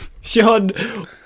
Sean